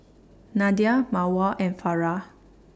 Nadia Mawar and Farah